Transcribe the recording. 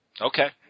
Okay